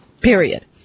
period